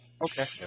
Okay